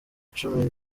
cumi